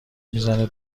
میزنه